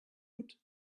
woot